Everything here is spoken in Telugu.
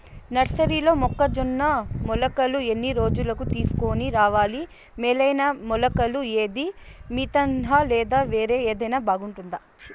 నర్సరీలో మొక్కజొన్న మొలకలు ఎన్ని రోజులకు తీసుకొని రావాలి మేలైన మొలకలు ఏదీ? మితంహ లేదా వేరే ఏదైనా బాగుంటుందా?